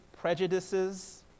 prejudices